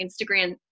Instagram